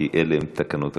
כי אלה הן תקנות הכנסת.